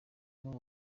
bamwe